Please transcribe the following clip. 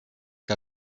que